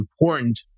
important